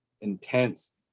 intense